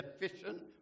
efficient